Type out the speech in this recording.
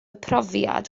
profiad